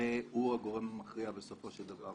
הוא הגורם המכריע בסופו של דבר,